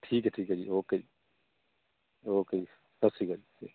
ਠੀਕ ਹੈ ਠੀਕ ਹੈ ਜੀ ਓਕੇ ਜੀ ਓਕੇ ਜੀ ਸਤਿ ਸ਼੍ਰੀ ਅਕਾਲ ਜੀ